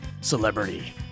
celebrity